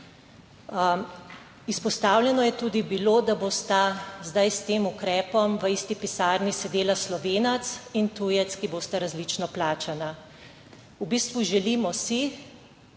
Izpostavljeno je tudi bilo, da bosta zdaj s tem ukrepom v isti pisarni sedela Slovenec in tujec, ki bosta različno plačana. V bistvu želimo si,